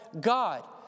God